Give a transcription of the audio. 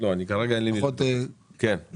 כן,